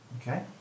Okay